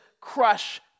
crush